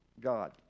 God